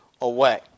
away